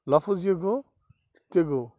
لفظ یہِ گوٚو تہِ گوٚو